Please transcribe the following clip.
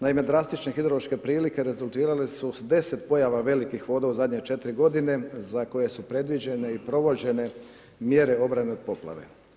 Naime, drastične hidrološke prilike rezultirale su s 10 pojava velikih vodova u zadnje 4 godine za koje su predviđene i provođene mjere obrane od poplave.